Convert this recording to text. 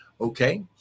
Okay